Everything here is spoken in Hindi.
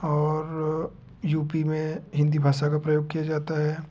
और यू पी में हिंदी भाषा का प्रयोग किया जाता है